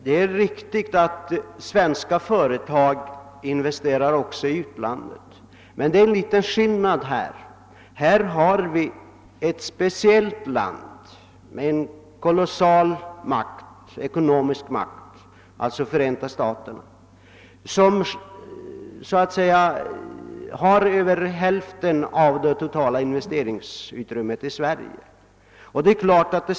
Det är riktigt att också svenska företag investerar i utlandet, men det finns en liten skillnad. Ett speciellt land med en kolossal ekonomisk makt, nämligen Förenta staterna, svarar för mer än hälften av de totala utländska investeringarna i Sverige.